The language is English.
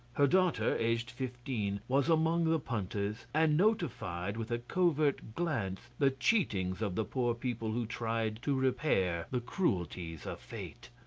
her daughter, aged fifteen, was among the punters, and notified with a covert glance the cheatings of the poor people who tried to repair the cruelties of fate.